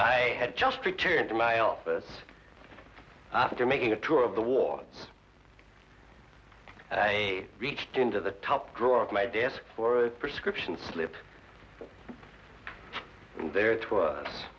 i had just returned to my office after making a tour of the wards i reached into the top drawer of my desk for a prescription slip there